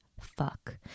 fuck